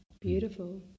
beautiful